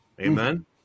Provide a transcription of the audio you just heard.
Amen